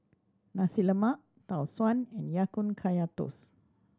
Nasi Lemak Tau Suan and Ya Kun Kaya Toast